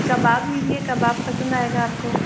कबाब लीजिए कबाब पसंद आएगा आपको